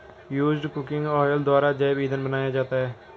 used cooking oil द्वारा जैव इंधन बनाया जाता है